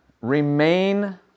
remain